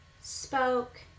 spoke